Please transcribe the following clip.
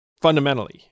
fundamentally